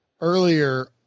earlier